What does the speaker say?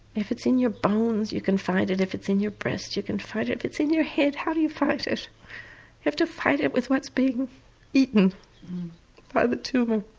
if it's in your bones you can fight it, if it's in your breast you can fight it, if it's in your head how do you fight it? you have to fight it with what's being eaten by the tumour.